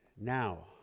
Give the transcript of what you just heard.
Now